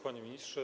Panie Ministrze!